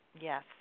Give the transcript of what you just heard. Yes